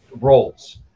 roles